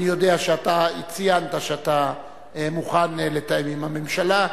אני יודע שאתה ציינת שאתה מוכן לתאם עם הממשלה.